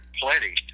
plenty